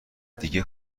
دیگه